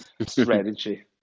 strategy